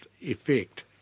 effect